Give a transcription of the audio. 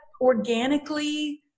organically